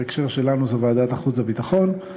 ובהקשר שלנו זו ועדת החוץ והביטחון.